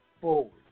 forward